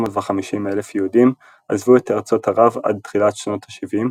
כ-850,000 יהודים עזבו את ארצות ערב עד תחילת שנות השבעים,